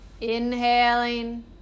Inhaling